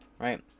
right